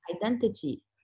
identity